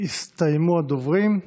יסתיימו הדוברים.